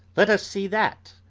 let us see that,